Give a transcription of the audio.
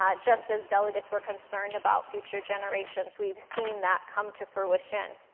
um just as delegates were concerned about future generations. we've seen that come to fruition.